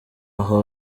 aho